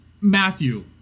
Matthew